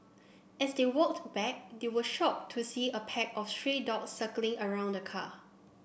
as they walked back they were shocked to see a pack of stray dogs circling around the car